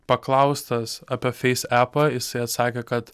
paklaustas apie feis epą jisai atsakė kad